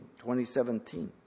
2017